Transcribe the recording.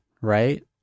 right